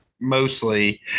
mostly